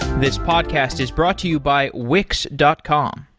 this podcast is brought to you by wix dot com.